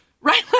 right